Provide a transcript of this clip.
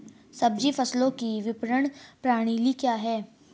सब्जी फसलों की विपणन प्रणाली क्या है?